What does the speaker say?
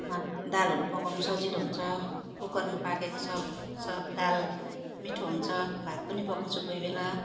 मा दालहरू पकाउनु सजिलो हुन्छ कुकरमा पाकेको सब सब दाल मिठो हुन्छ भात पनि पकाउँछु कोही बेला